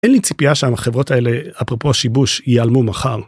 אין לי ציפייה שהחברות האלה, אפרופו שיבוש, ייעלמו מחר.